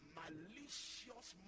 malicious